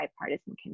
bipartisan